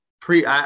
pre